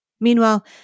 Meanwhile